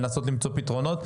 לנסות למצוא פתרונות.